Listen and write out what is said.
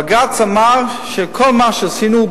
בג"ץ אמר שכל מה שעשינו,